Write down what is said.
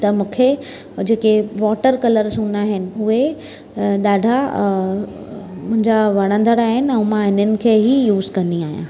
त मूंखे जेके वॉटर कलर्स हूंदा आहिनि उहे ॾाढा मुंहिंजा वणंदड़ आहिनि ऐं मां इन्हनि खे ई यूज़ कंदी आहियां